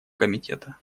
комитета